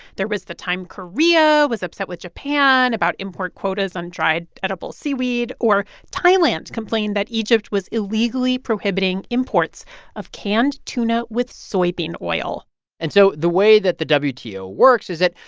there was the time korea was upset with japan about import quotas on dried edible seaweed, or thailand complained that egypt was illegally prohibiting imports of canned tuna with soybean oil and so the way that the wto works is that,